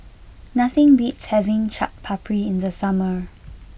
nothing beats having Chaat Papri in the summer